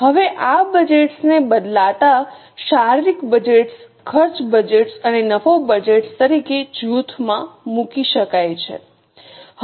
હવે આ બજેટ્સ ને બદલામાં શારીરિક બજેટ્સ ખર્ચ બજેટ્સ અને નફો બજેટ્સ તરીકે જૂથમાં મૂકી શકાય છે